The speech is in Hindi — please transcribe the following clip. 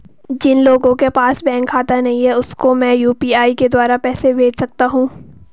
जिन लोगों के पास बैंक खाता नहीं है उसको मैं यू.पी.आई के द्वारा पैसे भेज सकता हूं?